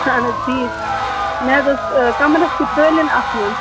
اَہن حظ ٹھیٖک مےٚ حظ اوس کَمرس کیُتھ قٲلیٖن اَکھ نیُن